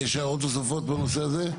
יש הערות נוספות במקרה הזה?